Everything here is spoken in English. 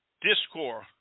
discord